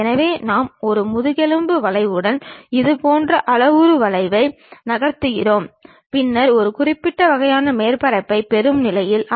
எனவே நாம் ஒரு முதுகெலும்பு வளைவுடன் இதுபோன்ற அளவுரு வளைவை நகர்த்துகிறோம் பின்னர் ஒரு குறிப்பிட்ட வகையான மேற்பரப்பைப் பெறும் நிலையில் இருப்போம்